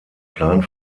plan